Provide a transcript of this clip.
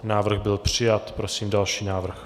Návrh byl přijat. Prosím další návrh.